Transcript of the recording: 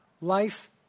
life